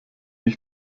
ich